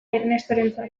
ernestorentzat